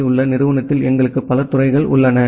யில் உள்ள நிறுவனத்தில் எங்களுக்கு பல துறைகள் உள்ளன